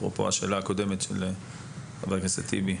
אפרופו, שאלתו הקודמת של חבר הכנסת טיבי.